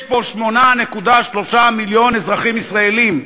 יש פה 8.3 מיליון אזרחים ישראלים,